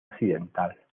occidental